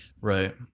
right